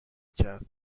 کرد